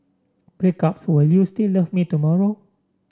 breakups will you still love me tomorrow